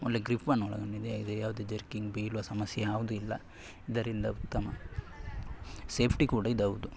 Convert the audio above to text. ಒಳ್ಳೆಯ ಗ್ರಿಪ್ಪನ್ನು ಒಳಗೊಂಡಿದೆ ಇದು ಯಾವುದೇ ಜರ್ಕಿಂಗ್ ಬೀಳುವ ಸಮಸ್ಯೆ ಯಾವುದೂ ಇಲ್ಲ ಇದರಿಂದ ಉತ್ತಮ ಸೇಫ್ಟಿ ಕೂಡ ಇದೌದು